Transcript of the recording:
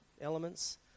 elements